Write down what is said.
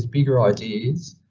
bigger ideas,